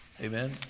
Amen